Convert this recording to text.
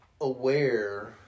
aware